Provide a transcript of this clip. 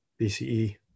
BCE